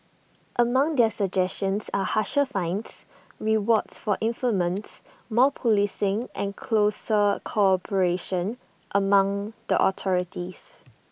among their suggestions are harsher fines rewards for informants more policing and closer cooperation among the authorities